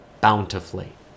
bountifully